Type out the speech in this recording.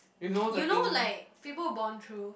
you know like people bond through